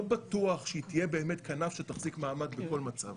לא בטוח שהיא תהיה באמת כנף שתחזיק מעמד בכל מצב.